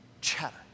Chatter